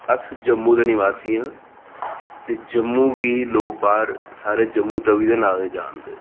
अस जम्मू दे निवासी आं ते जम्मू गी लोक बाह्र सारे जम्मू तवी दे नां कन्नै जानदे न